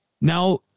now